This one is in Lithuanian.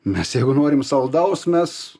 mes jeigu norim saldaus mes